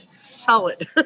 Solid